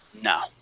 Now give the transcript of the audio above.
No